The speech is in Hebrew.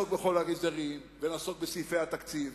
נעסוק בחוק ההסדרים, ונעסוק בסעיפי התקציב,